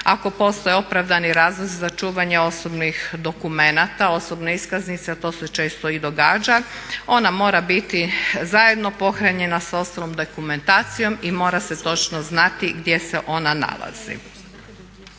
ako postoji opravdani razlozi za čuvanje osobnih dokumenata, osobne iskaznice, a to se često i događa. Ona mora biti zajedno pohranjena sa ostalom dokumentacijom i mora se točno znati gdje se ona nalazi.